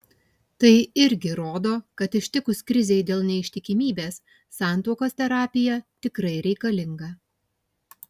tai irgi rodo kad ištikus krizei dėl neištikimybės santuokos terapija tikrai reikalinga